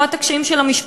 לשמוע את הקשיים של המשפחה.